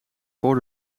voor